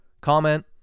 comment